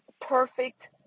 perfect